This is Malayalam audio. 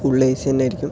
ഫുൾ എ സി തന്നെ ആയിരിക്കും